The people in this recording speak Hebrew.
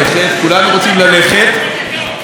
כדי ללכת, צריך להיות פה קצת שקט.